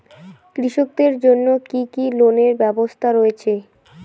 কৃষকদের জন্য কি কি লোনের ব্যবস্থা রয়েছে?